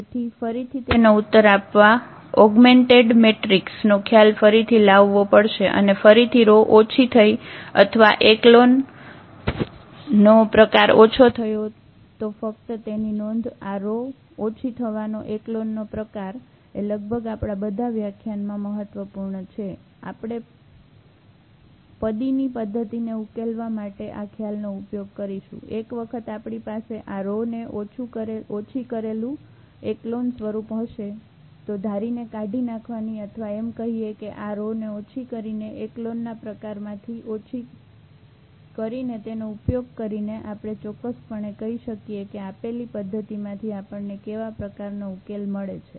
તેથી ફરીથી તેનો ઉત્તર આપવા ઓગમેન્ટેડ મેટ્રીક્સ નો ખ્યાલ ફરીથી લાવવો પડશે અને ફરીથી રો ઓછી થઇ અથવા એકલોન નો પ્રકાર ઓછો થયો તો ફક્ત તેની નોંધ લો આ રો ઓછી થવાનો એકલોન નો પ્રકાર એ લગભગ આપણા બધા વ્યાખ્યાન માં મહત્વપૂર્ણ છે આપણે પદો ની પદ્ધતિને ઉકેલવા માટે આ ખ્યાલનો ઉપયોગ કરીશું એક વખત આપણી પાસે આ રો ને ઓછી કરેલું એકલોન સ્વરૂપ હશે તો ધારીને કાઢીનાખવાની અથવા એમ કહીએ કે આ રો ને ઓછી કરીને એકલોન ના પ્રકારમાંથી ઓછી કરીને તેનો ઉપયોગ કરીને આપણે ચોક્કસપણે કહી શકીએ કે આપેલી પદ્ધતિ માંથી આપણને કેવા પ્રકારનો ઉકેલ મળે છે